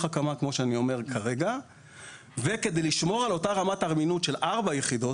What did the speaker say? הקמה וכדי לשמור על אותה רמת אמינות של 4 יחידות,